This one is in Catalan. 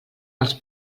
els